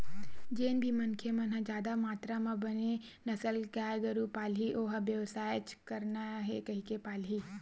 जेन भी मनखे मन ह जादा मातरा म बने नसल के गाय गरु पालही ओ ह बेवसायच करना हे कहिके पालही